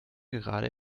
gerade